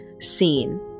seen